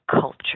culture